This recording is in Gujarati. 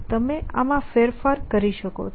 તમે આમાં ફેરફાર કરી શકો છો